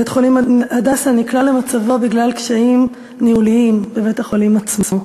בית-החולים "הדסה" נקלע למצבו בגלל קשיים ניהוליים בבית-החולים עצמו.